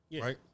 right